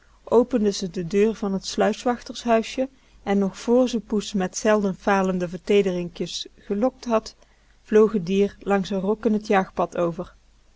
opende ze de deur van t sluiswachtershuisje en nog vr ze poes met zelden falende verteederinkjes gelokt had vloog t dier langs r rokken t jaagpad over